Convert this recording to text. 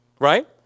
Right